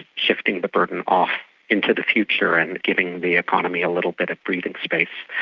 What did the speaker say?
shifting the burden off into the future and giving the economy a little bit of breathing space.